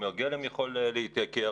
חומרי גלם יכולים להתייקר,